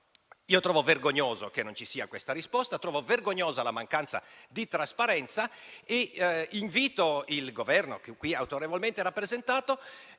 Trovo vergognoso che non vi sia risposta e trovo vergognosa la mancanza di trasparenza. Invito il Governo, che è qui autorevolmente rappresentato,